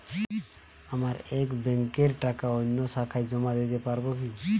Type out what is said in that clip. আমার এক ব্যাঙ্কের টাকা অন্য শাখায় জমা দিতে পারব কি?